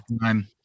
time